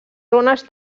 zones